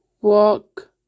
walk